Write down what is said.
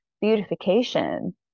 beautification